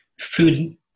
food